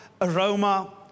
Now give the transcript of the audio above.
aroma